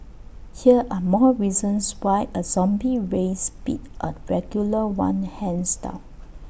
here are more reasons why A zombie race beat A regular one hands down